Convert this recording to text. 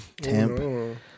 temp